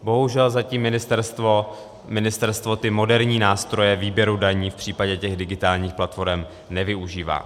Bohužel zatím ministerstvo ty moderní nástroje výběru daní v případě těch digitálních platforem nevyužívá.